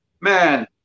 man